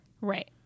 Right